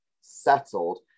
settled